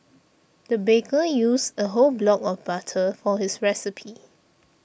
the baker used a whole block of butter for this recipe